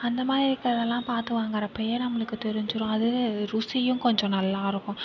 அந்த மாதிரி இருக்கிறதெல்லாம் பார்த்து வாங்குறப்பயே நம்மளுக்குத் தெரிஞ்சிடும் அது ருசியும் கொஞ்சம் நல்லா இருக்கும்